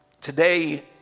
today